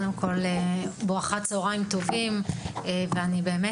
קודם כול, צוהריים טובים וחודש טוב.